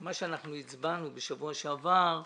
שמה שאנחנו הצבענו בשבוע שעבר,